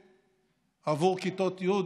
שיעורים עבור כיתות י',